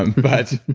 but